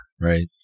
Right